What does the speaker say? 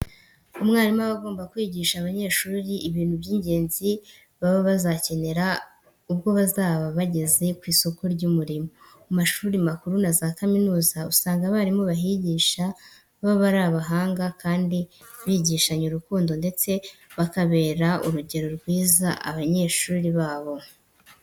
Umwarimu aba agomba kwigisha abanyeshuri ibintu by'ingenzi baba bazakenera ubwo bazaba bageze ku isoko ry'umurimo. Mu mashuri makuru na za kaminuza usanga abarimu bahigisha baba ari abahanga kandi bigishanya urukundo ndetse bakabera urugero rwiza abanyeshuri babo.